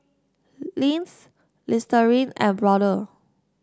Lindt Listerine and Brother